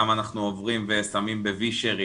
אנחנו גם עוברים ושמים בווישרים